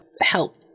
help